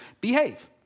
behave